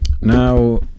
now